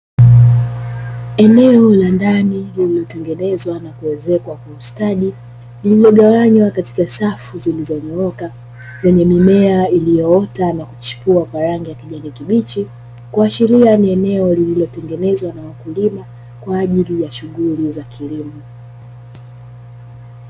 Eneo la ndani lililotengenezwa na kuezekwa kwa ustadi, lililogawanywa katika safu zilizonyooka zenye mimea iliyoota na kuchipua kwa rangi ya kijani kibichi kuashiria ni eneo lililotetengenezwa na mkulima kwa ajili ya shughuli za kilimo.